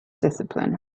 discipline